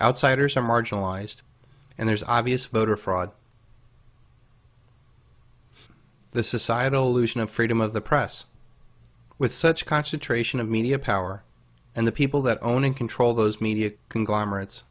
outsiders some marginalized and there's obvious voter fraud the societal aleutian of freedom of the press with such concentration of media power and the people that own and control those media conglomerates